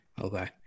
Okay